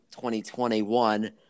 2021